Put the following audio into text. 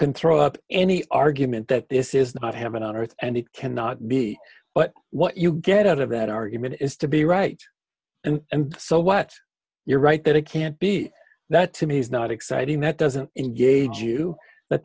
can throw up any argument that this is not heaven on earth and it cannot be but what you get out of that argument is to be right and and so what you're right that it can't be that to me is not exciting that doesn't engage you that